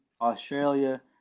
Australia